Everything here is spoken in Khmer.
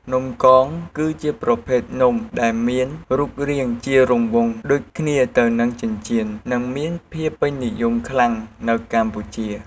នំកងគឺជាប្រភេទនំដែលមានរូបរាងជារង្វង់ដូចគ្នាទៅនឹងចិញ្ចៀន និងមានភាពពេញនិយមខ្លាំងនៅកម្ពុជា។